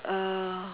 uh